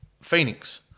Phoenix